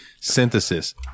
Synthesis